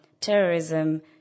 terrorism